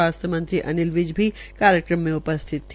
स्वास्थ्य मंत्री अनिल विज भी कार्यक्रम में उ स्थित रहे